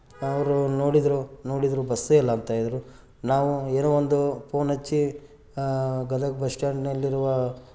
ಅವರು ನೋಡಿದರು ನೋಡಿದರು ಬಸ್ಸೇ ಇಲ್ಲ ಅಂತ ಹೇಳಿದ್ರು ನಾವು ಏನೋ ಒಂದು ಫೋನ್ ಹಚ್ಚಿ ಗದಗ ಬಸ್ ಸ್ಟ್ಯಾಂಡಿನಲ್ಲಿರುವ